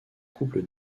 couple